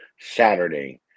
Saturday